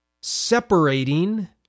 separating